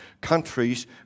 Countries